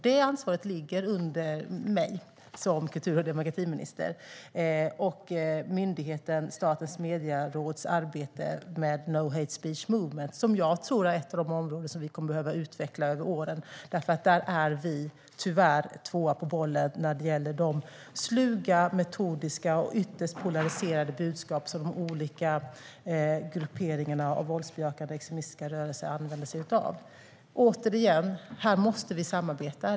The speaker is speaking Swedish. Detta ansvar ligger hos mig som kultur och demokratiminister och myndigheten Statens medieråds arbete med No hate speech movement. Jag tror att det är ett av de områden som vi kommer att behöva utveckla över åren, eftersom vi där tyvärr är tvåa på bollen när det gäller de sluga, metodiska och ytterst polariserade budskap som olika grupperingar av våldsbejakande extremistiska rörelser använder sig av. Återigen: Här måste vi samarbeta.